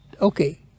okay